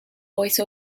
voice